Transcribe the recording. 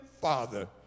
Father